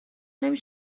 نمی